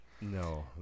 No